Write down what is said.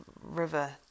river